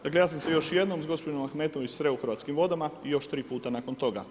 Dakle ja sam se još jednom sa gospođom Ahmetović sreo u Hrvatskim vodama i još 3 puta nakon toga.